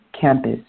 campus